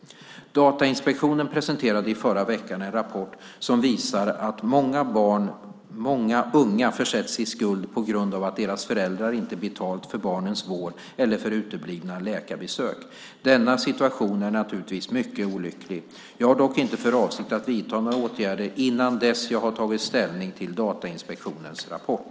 Datainspektionen presenterade i förra veckan en rapport som visar att många unga försätts i skuld på grund av att deras föräldrar inte betalat för barnens vård eller för uteblivna läkarbesök. Denna situation är naturligtvis mycket olycklig. Jag har dock inte för avsikt att vidta några åtgärder innan dess att jag har tagit ställning till Datainspektionens rapport.